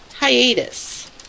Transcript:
hiatus